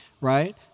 right